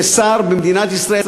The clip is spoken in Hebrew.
כשר במדינת ישראל,